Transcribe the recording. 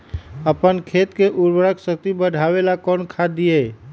अपन खेत के उर्वरक शक्ति बढावेला कौन खाद दीये?